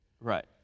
Right